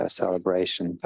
celebration